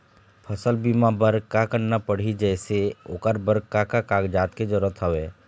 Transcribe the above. फसल बीमा बार का करना पड़ही जैसे ओकर बर का का कागजात के जरूरत हवे?